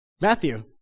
Matthew